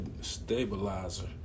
stabilizer